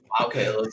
Okay